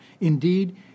Indeed